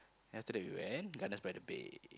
then after that we went Gardens-by-the-Bay